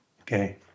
Okay